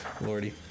Lordy